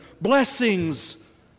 blessings